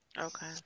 Okay